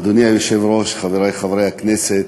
אדוני היושב-ראש, חברי חברי הכנסת